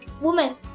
Woman